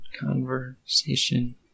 conversation